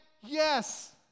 yes